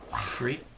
free